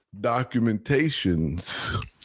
documentations